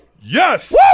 Yes